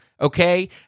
okay